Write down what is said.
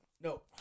No